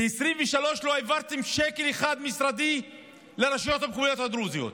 ב-2023 לא העברתם שקל אחד משרדי לרשויות המקומיות הדרוזיות,